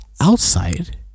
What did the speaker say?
outside